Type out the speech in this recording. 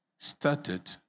started